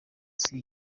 isi